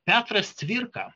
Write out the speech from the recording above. petras cvirka